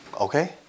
okay